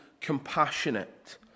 compassionate